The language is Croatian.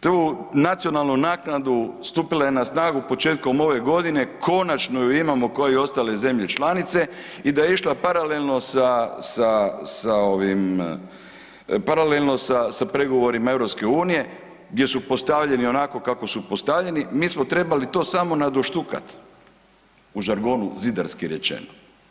tu nacionalnu naknadu stupila je na snagu početkom ove godine, konačno ju imamo kao i ostale zemlje članice i da je išla paralelno sa ovim, paralelno sa pregovorima EU gdje su postavljeni onako kako su postavljeni, mi smo trebali to samo nadoštukati, u žargonu, zidarski rečeno.